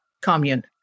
commune